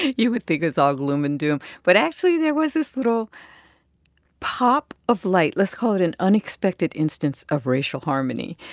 you would think it's all gloom and doom, but actually, there was this little pop of light. let's call it an unexpected instance of racial harmony.